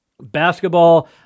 basketball